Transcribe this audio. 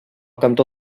cantó